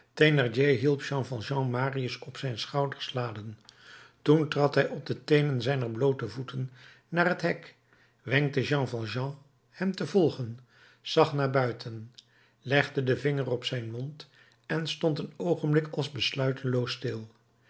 hielp jean valjean marius op zijn schouders laden toen trad hij op de teenen zijner bloote voeten naar het hek wenkte jean valjean hem te volgen zag naar buiten legde den vinger op zijn mond en stond een oogenblik als besluiteloos stil